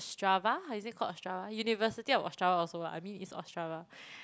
strava is it called a Ostrava university of Ostrava also lah I mean it's Ostrava